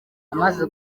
amaze